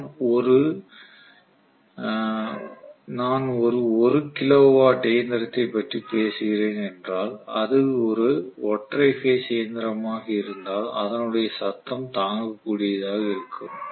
நான் ஒரு 1 கிலோவாட் இயந்திரத்தைப் பற்றி பேசுகிறேன் என்றால் அது ஒரு ஒற்றை பேஸ் இயந்திரமாக இருந்தால் அதனுடைய சத்தம் தாங்கக்கூடியதாக இருக்கும்